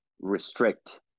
restrict